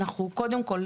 אנחנו קודם כל,